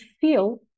feel